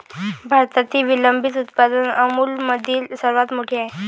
भारतातील विलंबित उत्पादन अमूलमधील सर्वात मोठे आहे